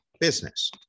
business